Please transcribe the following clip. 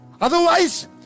otherwise